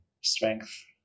strength